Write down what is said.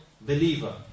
believer